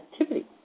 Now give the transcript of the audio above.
activity